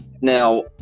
now